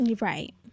right